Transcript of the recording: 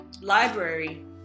Library